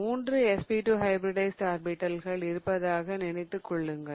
மூன்று sp2 hybridized ஆர்பிடல்கள் இருப்பதாக நினைத்துக் கொள்ளுங்கள்